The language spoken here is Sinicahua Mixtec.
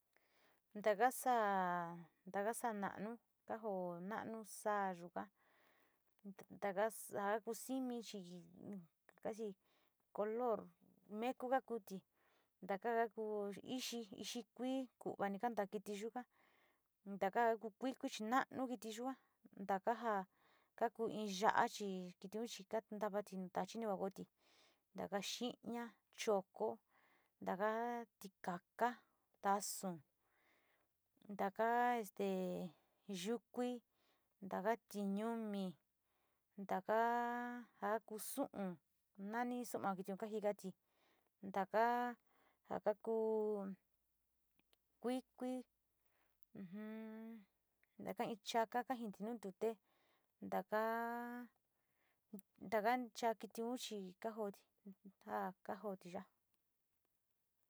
Ntako saa, taka saa na´anu ka joo na´anu saa yuka, taka ja ka ku simi chi casi color meku ka kuuti, taka kaku ixi, ixi kui ku´unami kantati kiti yuka ntaka ka ku kuiku chi nomu kiti yua, ntaka jao kaku in yochi kitiun ntuati nu tachi te kua koofi, taka xiiña, choko, tabei tikaa, tasuu, ntaka este taka yuko, teka tiñumi, ntaka ja ka ku sujun nami suma kitiun kajikati, ntaka ja taku kuiku ujon na ka jini in chaka kajiniti nu ntute, ntakaa, ntaka cha kitiun chi ka jooti, ja ka jooti ya´a.